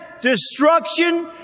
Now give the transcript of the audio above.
destruction